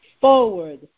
forward